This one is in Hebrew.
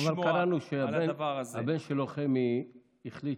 אבל קראנו שהבן שלו חמי החליט,